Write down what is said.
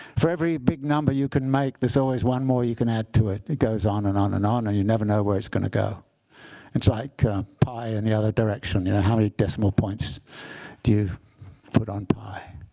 for every big number you can make, there's always one more you can add to it. it goes on and on and on. and you never know where it's going to go it's like pi in the other direction. you know how many decimal points do you put on pi?